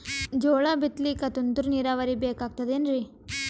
ಜೋಳ ಬಿತಲಿಕ ತುಂತುರ ನೀರಾವರಿ ಬೇಕಾಗತದ ಏನ್ರೀ?